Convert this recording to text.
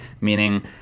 meaning